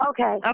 Okay